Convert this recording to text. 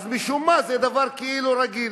אז משום מה זה דבר כאילו רגיל.